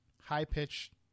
high-pitched